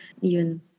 yun